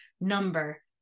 number